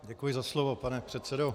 Děkuji za slovo, pane předsedo.